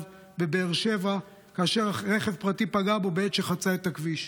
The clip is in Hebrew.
בבאר שבע כאשר רכב פרטי פגע בו בעת שחצה את הכביש.